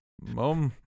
Mom